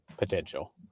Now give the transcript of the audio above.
potential